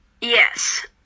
Yes